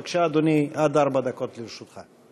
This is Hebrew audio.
בבקשה, אדוני, עד ארבע דקות לרשותך.